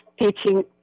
teaching